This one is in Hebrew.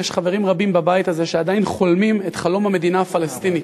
יש חברים רבים בבית הזה שעדיין חולמים את חלום המדינה הפלסטינית.